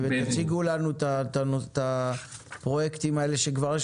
ויציגו לנו את הפרויקטים האלה שכבר יש